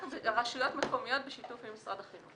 רשויות מקומיות בשיתוף עם משרד החינוך.